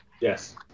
Yes